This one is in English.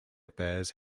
affairs